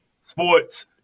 sports